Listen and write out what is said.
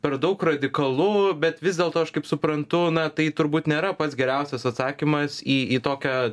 per daug radikalu bet vis dėlto aš kaip suprantu na tai turbūt nėra pats geriausias atsakymas į į tokią